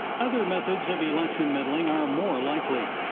other methods of election meddling are more likely.